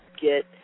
get